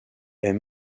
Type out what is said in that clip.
est